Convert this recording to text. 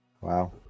Wow